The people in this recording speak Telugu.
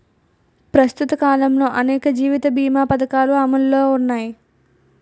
ప్రస్తుత కాలంలో అనేక జీవిత బీమా పధకాలు అమలులో ఉన్నాయి